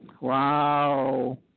Wow